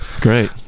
Great